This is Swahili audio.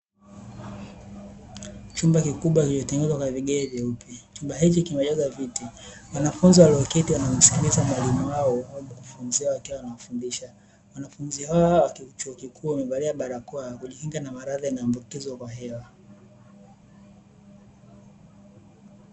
Chumba kikubwa kilichotengenezwa kwa vigae vyeupe, chumba hichi kimejaza viti. Wanafunzi walioketi wanamsikiliza mwalimu wao au mkufunzi wao akiwa anafundisha. Wanafunzi hao hao wa chuo kikuuu wamevalia barakoa kujikinga na maradhi yanayoambukizwa kwa hewa.